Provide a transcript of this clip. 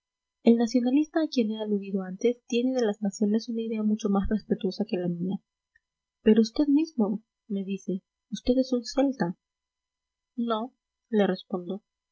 el nacionalista a quien he aludido antes tiene de las naciones una idea mucho más respetuosa que la mía pero usted mismo me dice usted es un celta no le respondo